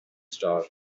star